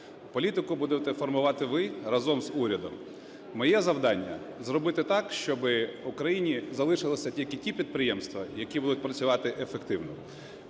політику будете формувати ви разом з урядом. Моє завдання зробити так, щоб в країні залишилися тільки ті підприємства, які будуть працювати ефективно.